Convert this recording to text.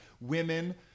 women